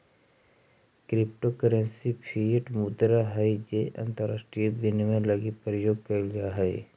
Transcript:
crypto currency fiat मुद्रा हइ जे अंतरराष्ट्रीय विनिमय लगी प्रयोग कैल जा हइ